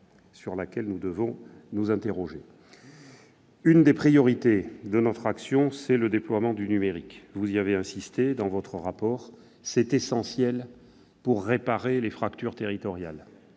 sur cette réalité-là. Une des priorités de notre action, c'est le déploiement du numérique. Vous y avez insisté dans votre rapport : c'est essentiel pour réparer les fractures territoriales.